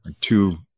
two